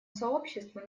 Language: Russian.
сообществу